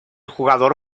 jugador